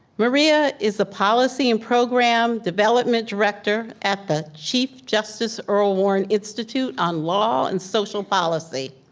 maria is a policy and program development director at the chief justice earl warren institute on law and social policy.